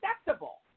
acceptable